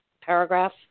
paragraph